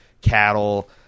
cattle